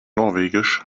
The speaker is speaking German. norwegisch